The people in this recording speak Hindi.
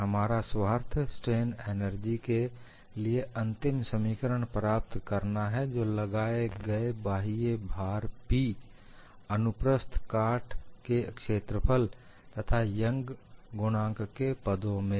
हमारा स्वार्थ स्ट्रेन एनर्जी के लिए अंतिम समीकरण प्राप्त करना है जो लगाए गए बाह्य भार P अनुप्रस्थ काट के क्षेत्रफल तथा यंग गुणाँक के पदों में हो